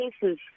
cases